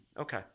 okay